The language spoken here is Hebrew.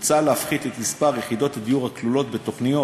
מוצע להפחית את מספר יחידות הדיור הכלולות בתוכניות